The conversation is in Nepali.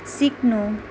सिक्नु